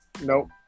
Nope